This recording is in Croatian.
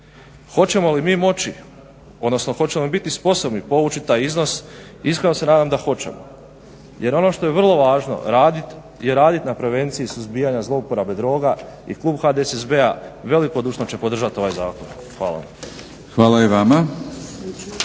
Hoćemo li mi moći odnosno hoćemo li biti sposobni povući taj iznos? Iskreno se nadamo da hoćemo jer ono što je vrlo važno je raditi na prevenciji suzbijanja zlouporabe droga. I klub HDSSB-a velikodušno će podržati ovaj zakon. Hvala vam.